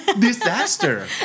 Disaster